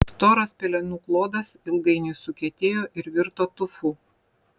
storas pelenų klodas ilgainiui sukietėjo ir virto tufu